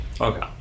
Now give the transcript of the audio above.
Okay